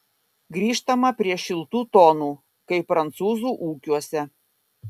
grįžtama prie šiltų tonų kai prancūzų ūkiuose